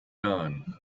dawn